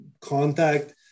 contact